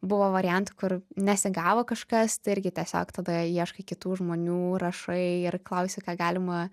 buvo variantų kur nesigavo kažkas tai irgi tiesiog tada ieškai kitų žmonių rašai ir klausi ką galima